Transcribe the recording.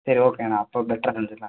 சரி ஓகேங்கண்ணா அப்போ பெட்டராக செஞ்சிடலாம்